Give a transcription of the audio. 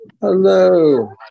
Hello